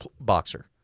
boxer